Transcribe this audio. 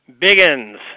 Biggins